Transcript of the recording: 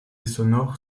sonore